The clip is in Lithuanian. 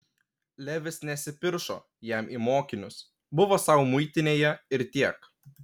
levis nesipiršo jam į mokinius buvo sau muitinėje ir tiek